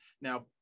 now